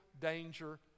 danger